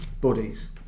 bodies